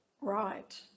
right